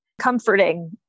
comforting